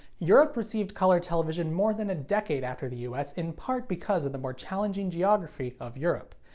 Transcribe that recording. europe received color television more than a decade after the us, in part because of the more challenging geography of europe.